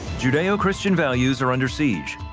judeo-christian values are under siege.